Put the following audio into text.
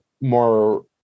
more